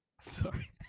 Sorry